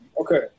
Okay